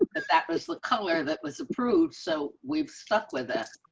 but that was what color that was approved. so we've stuck with us.